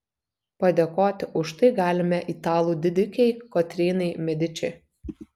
padėkoti už tai galime italų didikei kotrynai mediči